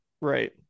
right